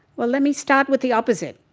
well let me start with the opposite.